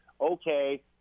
okay